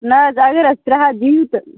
نہَ حظ اگر اَسہِ ترٛےٚ ہَتھ دِیو تہٕ